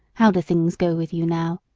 how do things go with you now?